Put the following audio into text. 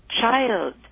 child